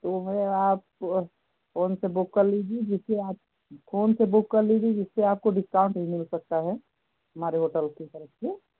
तो है आप फ़ोन से बुक कर लीजिए जिससे आप फ़ोन से बुक कर लीजिए जिससे आपको डिस्काउंट भी मिल सकता है हमारे होटल की तरफ़ से